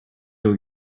aux